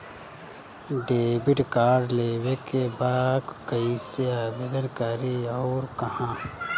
Debit card लेवे के बा कइसे आवेदन करी अउर कहाँ?